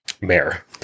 mayor